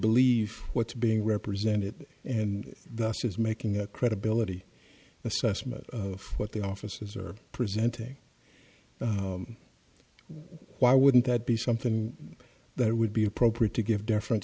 believe what's being represented and thus is making a credibility assessment of what the officers are presenting why wouldn't that be something that would be appropriate to give deferen